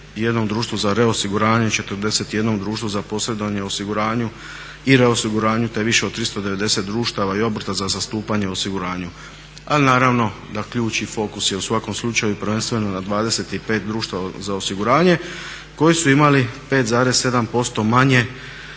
jednom društvu za reosiguranje, 41 društvu za posredovanje u osiguranju i reosiguranju te više od 390 društava i obrta za zastupanje osiguranja. Ali naravno da ključ i fokus je u svakom slučaju prvenstveno na 25 društava za osiguranje koji su imali 5,7% manje